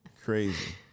crazy